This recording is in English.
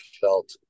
felt